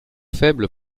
faible